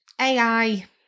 AI